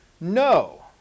no